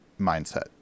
mindset